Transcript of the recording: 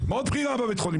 מאוד בכירה בבית החולים,